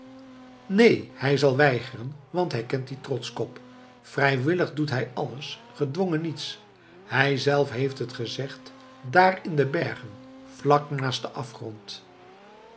neen hij zal weigeren want hij kent dien trotskop vrijwillig doet hij alles gedwongen niets hijzelf heeft het gezegd daar in de bergen vlak naast den afgrond